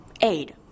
aid